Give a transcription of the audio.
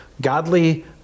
godly